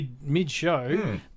mid-show